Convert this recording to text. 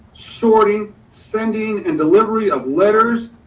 sorting, sending and delivery of letters,